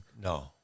No